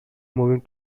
moving